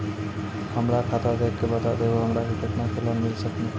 हमरा खाता देख के बता देहु हमरा के केतना के लोन मिल सकनी?